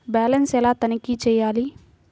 Balance ఎలా తనిఖీ చేయాలి?